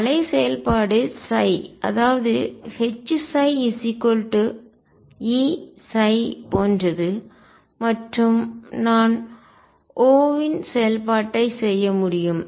அலை செயல்பாடு அதாவது Hψ Eψ போன்றது மற்றும் நான் O இன் செயல்பாட்டைச் செய்ய முடியும்